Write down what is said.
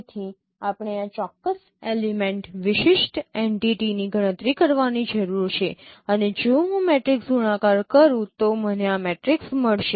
તેથી આપણે આ ચોક્કસ એલિમેંટ વિશિષ્ટ એન્ટિટીની ગણતરી કરવાની જરૂર છે અને જો હું મેટ્રિક્સ ગુણાકાર કરું તો મને આ મેટ્રિક્સ મળશે